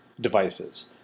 devices